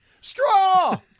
Straw